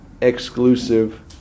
exclusive